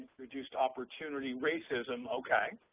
reduced opportunity racism, okay.